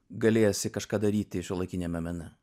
galėsi kažką daryti šiuolaikiniame mene